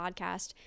podcast